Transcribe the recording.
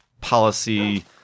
policy